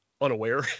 unaware